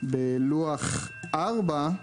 בלוח 4,